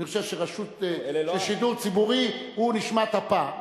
אני חושב שרשות שידור ציבורי הוא נשמת אפה,